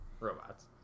Robots